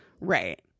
Right